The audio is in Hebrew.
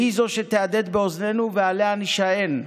והיא שתהדהד באוזנינו ועליה נישען.